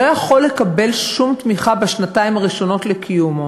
לא יכול לקבל שום תמיכה בשנתיים הראשונות לקיומו,